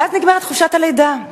ואז נגמרת חופשת הלידה,